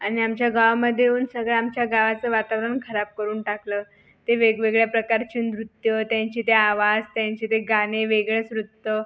आणि आमच्या गावामध्ये येऊन सगळं आमच्या गावाचं वातावरण खराब करून टाकलं ते वेगवेगळ्या प्रकारची नृत्य त्यांचे ते आवाज त्यांचे ते गाणे वेगळेच नृत्य